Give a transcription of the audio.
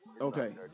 Okay